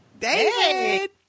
David